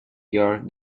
your